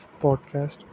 podcast